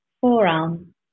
forearm